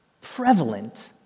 prevalent